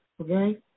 okay